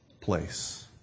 place